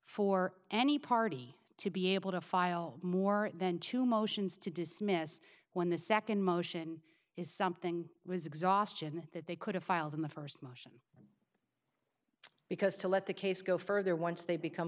for any party to be able to file more than two motions to dismiss one the second motion is something was exhaustion that they could have filed in the first motion because to let the case go further once they become